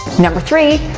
number three,